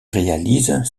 réalise